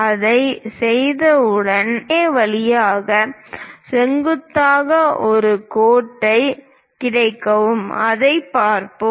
அதைச் செய்தவுடன் புள்ளி K வழியாக செங்குத்தாக ஒரு கோடு கிடைக்கும் அதைப் பார்ப்போம்